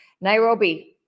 Nairobi